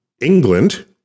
England